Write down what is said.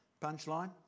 punchline